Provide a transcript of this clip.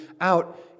out